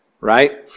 Right